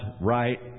right